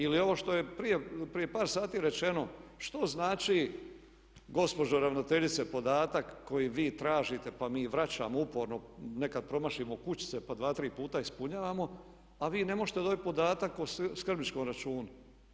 Ili ovo što je prije par sati rečeno što znači gospođo ravnateljice podatak koji vi tražite pa mi vraćamo uporno, nekad promašimo kućice pa dva, tri puta ispunjavamo, a vi ne možete dobiti podatak o skrbničkom računu.